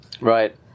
Right